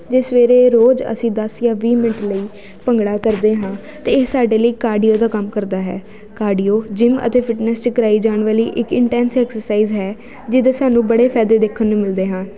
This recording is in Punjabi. ਜੇ ਸਵੇਰੇ ਰੋਜ਼ ਅਸੀਂ ਦਸ ਜਾਂ ਵੀਹ ਮਿੰਟ ਲਈ ਭੰਗੜਾ ਕਰਦੇ ਹਾਂ ਅਤੇ ਇਹ ਸਾਡੇ ਲਈ ਕਾਰਡੀਓ ਦਾ ਕੰਮ ਕਰਦਾ ਹੈ ਕਾਰਡੀਓ ਜਿਮ ਅਤੇ ਫਿਟਨੈਸ 'ਚ ਕਰਵਾਈ ਜਾਣ ਵਾਲੀ ਇੱਕ ਇੰਟੈਂਸ ਐਕਸਰਸਾਈਜ਼ ਹੈ ਜਿਹਦੇ ਸਾਨੂੰ ਬੜੇ ਫ਼ਾਇਦੇ ਦੇਖਣ ਨੂੰ ਮਿਲਦੇ ਹਨ